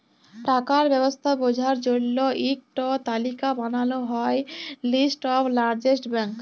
টাকার ব্যবস্থা বঝার জল্য ইক টো তালিকা বানাল হ্যয় লিস্ট অফ লার্জেস্ট ব্যাঙ্ক